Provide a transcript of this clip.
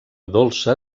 dolça